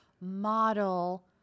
model